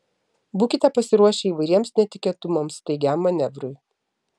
būkite pasiruošę įvairiems netikėtumams staigiam manevrui